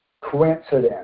coincidence